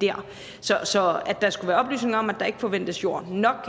dér. Så oplysninger om, at der forventes ikke at være jord nok,